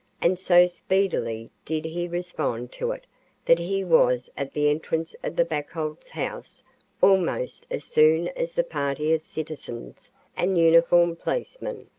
and so speedily did he respond to it that he was at the entrance of the buckholz house almost as soon as the party of citizens and uniformed policemen.